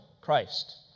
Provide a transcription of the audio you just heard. Christ